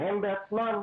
והם בעצמם,